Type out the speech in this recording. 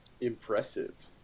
Impressive